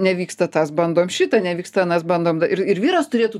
nevyksta tas bandom šitą nevyksta anas bandom ir ir vyras turėtų